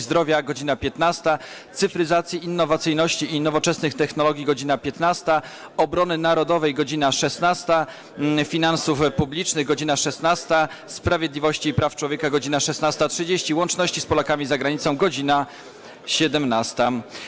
Zdrowia - godz. 15, - Cyfryzacji, Innowacyjności i Nowoczesnych Technologii - godz. 15, - Obrony Narodowej - godz. 16, - Finansów Publicznych - godz. 16, - Sprawiedliwości i Praw Człowieka - godz. 16.30, - Łączności z Polakami za Granicą - godz. 17.